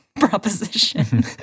proposition